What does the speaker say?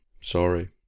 sorry